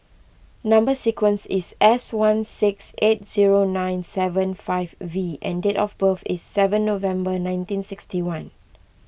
Number Sequence is S one six eight zero nine seven five V and date of birth is seven November nineteen sixty one